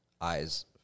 eyes